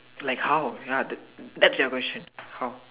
like how ya that that's your question how